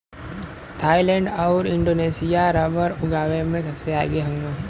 Thailand आउर Indonesia rubber उगावे में सबसे आगे हउवे